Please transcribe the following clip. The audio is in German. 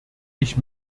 ich